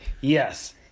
yes